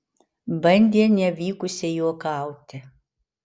bandė nevykusiai juokauti